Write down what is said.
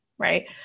right